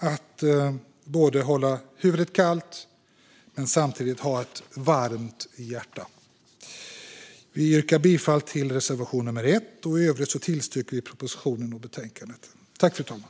Man ska hålla huvudet kallt och samtidigt ha ett varmt hjärta. Jag yrkar bifall till reservation 1 och i övrigt bifall till propositionen och förslaget i betänkandet.